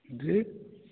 जी